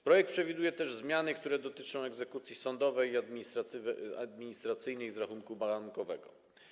Projekt przewiduje też zmiany, które dotyczą egzekucji sądowej i administracyjnej z rachunku bankowego.